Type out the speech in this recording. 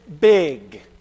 big